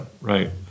Right